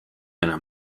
enam